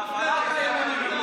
הפרת אמונים.